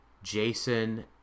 Jason